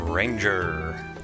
Ranger